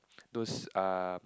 those um